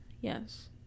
Yes